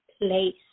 place